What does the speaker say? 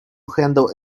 handle